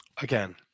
Again